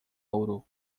ouro